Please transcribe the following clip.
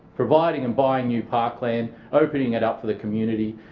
providing and buying new parkland, opening it up for the community.